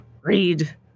read